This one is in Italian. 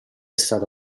stata